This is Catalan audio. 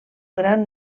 gran